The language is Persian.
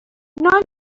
نان